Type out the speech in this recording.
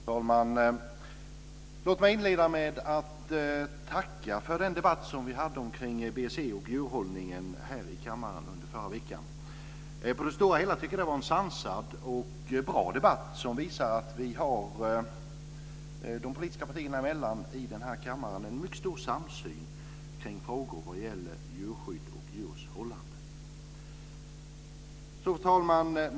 Fru talman! Låt mig inleda med att tacka för den debatt som vi hade om BSE och djurhållning här i riksdagen förra veckan. På det stora hela var det en sansad och bra debatt som visar att vi har, de politiska partierna emellan, en mycket stor samsyn kring frågor vad gäller djurskydd och djurhållning. Fru talman!